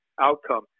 outcome